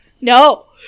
no